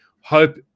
hope